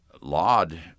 laud